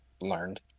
learned